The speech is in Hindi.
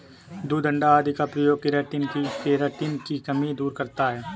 दूध अण्डा आदि का प्रयोग केराटिन की कमी दूर करता है